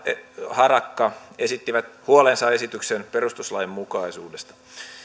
harakka esittivät huolensa esityksen perustuslainmukaisuudesta